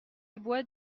boit